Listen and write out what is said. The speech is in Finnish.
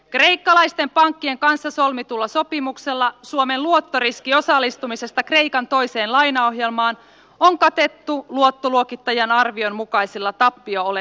kreikkalaisten pankkien kanssa solmitulla sopimuksella suomen luottoriski osallistumisesta kreikan toiseen lainaohjelmaan on katettu luottoluokittajan arvion mukaisella tappio olettamalla